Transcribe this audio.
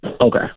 Okay